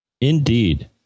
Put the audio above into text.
Indeed